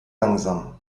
langsam